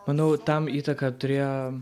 manau tam įtaką turėjo